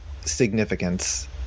significance